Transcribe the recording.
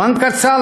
זמן קצר